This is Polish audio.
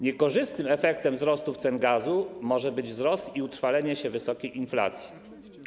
Niekorzystnym efektem wzrostu cen gazu może być wzrost i utrwalenie się wysokiej inflacji.